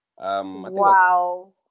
Wow